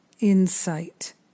Insight